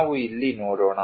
ನಾವು ಇಲ್ಲಿ ನೋಡೋಣ